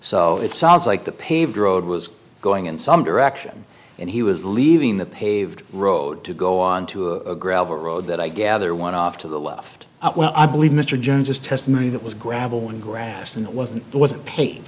so it sounds like the paved road was going in some direction and he was leaving the paved road to go onto a gravel road that i gather want off to the left i believe mr jones is testimony that was gravel and grass and it wasn't wasn't paid